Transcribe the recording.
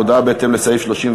הודעה בהתאם לסעיף 31(ב)